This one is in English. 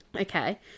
okay